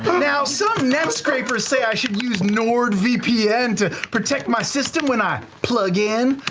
now, some net scrapers say i should use nord vpn to protect my system when i plug in.